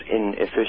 inefficient